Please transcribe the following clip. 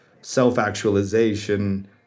self-actualization